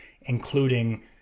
including